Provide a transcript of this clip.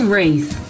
race